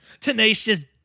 Tenacious